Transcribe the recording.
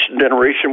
Generation